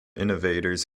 innovators